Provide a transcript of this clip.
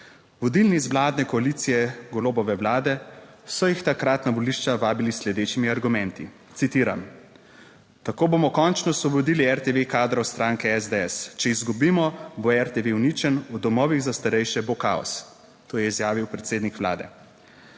Vodilni iz vladne koalicije Golobove Vlade so jih takrat na volišča vabili s sledečimi argumenti (citiram): "Tako bomo končno osvobodili RTV kadrov stranke SDS. Če izgubimo, bo RTV uničen, v domovih za starejše bo kaos." To je izjavil predsednik Vlade.